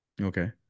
Okay